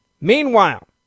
Meanwhile